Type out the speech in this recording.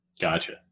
Gotcha